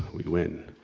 we win.